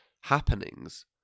happenings